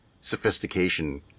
sophistication